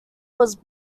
was